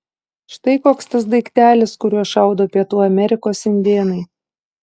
štai koks tas daiktelis kuriuo šaudo pietų amerikos indėnai